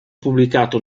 pubblicato